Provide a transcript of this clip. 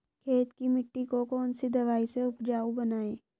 खेत की मिटी को कौन सी दवाई से उपजाऊ बनायें?